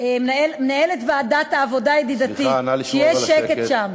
מנהלת ועדת העבודה, ידידתי, שיהיה שקט שם.